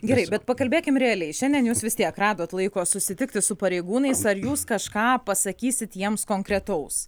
gerai bet pakalbėkim realiai šiandien jūs vis tiek radot laiko susitikti su pareigūnais ar jūs kažką pasakysit jiems konkretaus